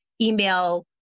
email